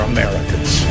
Americans